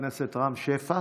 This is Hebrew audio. חבר הכנסת רם שפע,